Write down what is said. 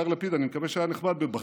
יאיר לפיד, אני מקווה שהיה נחמד בבחריין,